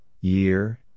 year